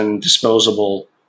disposable